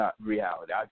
reality